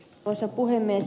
arvoisa puhemies